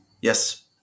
Yes